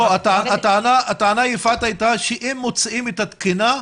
הטענה הייתה שאם מוצאים את התקינה,